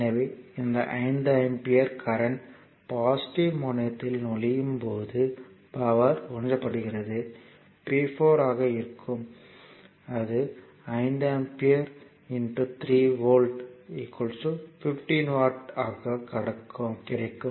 எனவே இந்த 5 ampere current positive முனையத்தில் நுழையும் போது பவர் உறிஞ்சப்படுகிறது P4 ஆக இருக்கும் அது 5 ஆம்பியர் 3 வோல்ட் 15 வாட் ஆகும்